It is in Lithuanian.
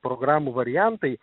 programų variantai